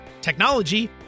technology